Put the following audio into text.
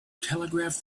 telegraph